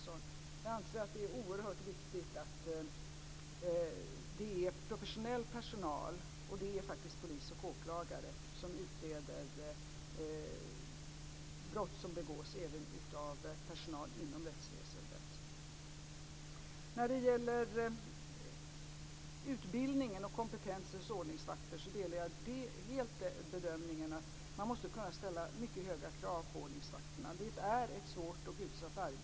Jag anser att det är oerhört viktigt att det är professionell personal, och det är faktiskt polis och åklagare som utreder brott som begås även av personal inom rättsväsendet. När det gäller utbildning och kompetens hos ordningsvakter delar jag helt bedömningen att man måste kunna ställa mycket höga krav på ordningsvakterna. Det är ett svårt och utsatt arbete.